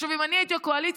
אם אני הייתי הקואליציה,